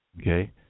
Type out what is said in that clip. Okay